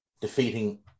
defeating